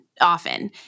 often